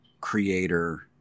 creator